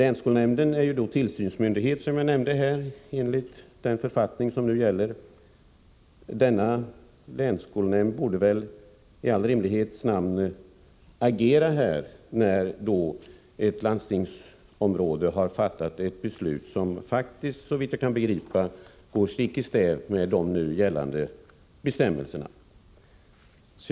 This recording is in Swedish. Enligt den författning som nu gäller är, som jag nyss sade, länsskolnämnden tillsynsmyndighet. Denna länsskolnämnd borde väl i all rimlighets namn agera, när ett landsting har fattat ett beslut som, såvitt jag kan begripa, går stick i stäv mot nu gällande bestämmelser.